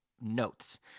notes